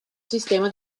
sistema